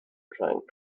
trying